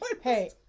Hey